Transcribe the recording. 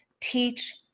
teach